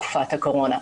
בתקופת הקורונה,